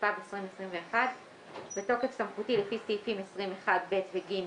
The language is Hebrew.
התשפ"ב-2021 בתוקף סמכותי לפי סעיפים 20(1)(ב) ו-(ג),